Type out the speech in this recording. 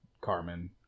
Carmen